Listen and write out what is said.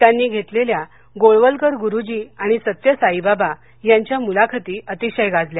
त्यांनी घेतलेल्या गोळवलकर गुरुजी आणि सत्य साईबाबा यांच्या मुलाखती अतिशय गाजल्या